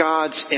God's